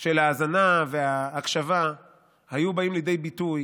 של ההאזנה וההקשבה היו באים לידי ביטוי